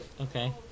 Okay